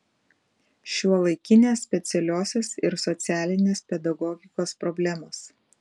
šiuolaikinės specialiosios ir socialinės pedagogikos problemos